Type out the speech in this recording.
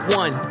one